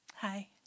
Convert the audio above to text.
Hi